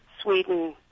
Sweden